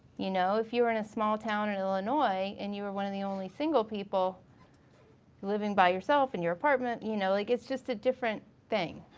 you know if you were in a small town in and illinois, and you were one of the only single people living by yourself in your apartment, you know like it's just a different thing.